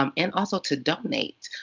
um and also to donate.